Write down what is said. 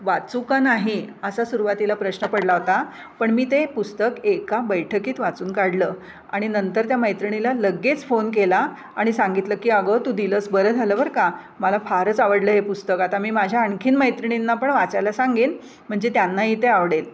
वाचू का नाही असा सु सुरवातीला प्रश्न पडला होता पण मी ते पुस्तक एका बैठकीत वाचून काढलं आणि नंतर त्या मैत्रिणीला लगेच फोन केला आणि सांगितलं की अगं तू दिलंस बरं झालं बर का मला फारच आवडलं हे पुस्तक आता मी माझ्या आणखी मैत्रिणींना पण वाचायला सांगेन म्हणजे त्यांनाही ते आवडेल